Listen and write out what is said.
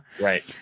Right